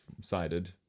sided